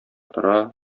тора